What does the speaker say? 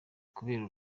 kubera